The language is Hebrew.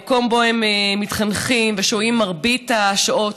המקום שבו הם מתחנכים ושוהים רוב השעות,